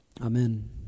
Amen